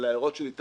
להערות של איתי